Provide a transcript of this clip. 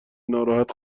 ناراحت